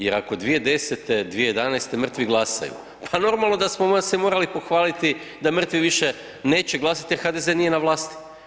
Jer ako 2010., 2011. mrtvi glasaju, pa normalno da smo vam se morali pohvaliti da mrtvi više neće glasati jer HDZ nije na vlasti.